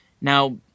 Now